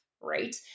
Right